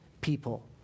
people